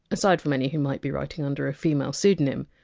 aside from any who might be writing under a female pseudonym,